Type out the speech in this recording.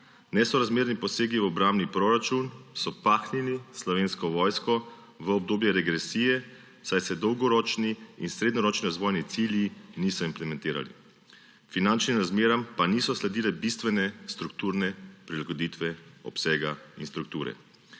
Nesorazmerni posegi v obrambni proračun so pahnili Slovensko vojsko v obdobje regresije, saj se dolgoročni in srednjeročni cilji niso implementirali. Finančnim razmeram pa niso sledile bistvene strukturne prilagoditve obsega in strukture.